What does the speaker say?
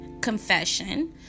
confession